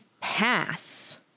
pass